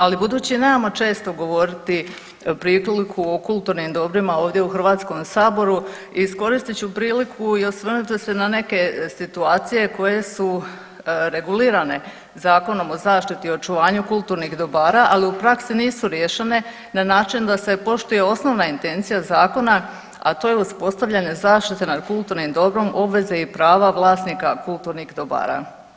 Ali budući nemamo često govoriti priliku o kulturnim dobrima ovdje u Hrvatskom saboru iskoristit ću priliku i osvrnuti se na neke situacije koje su regulirane Zakonom o zaštiti i očuvanju kulturnih dobara, ali u praksi nisu riješene na način da se poštuje osnovna intencija zakona a to je uspostavljanje zaštite nad kulturnim dobrom, obveze i prava vlasnika kulturnih dobara.